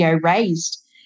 raised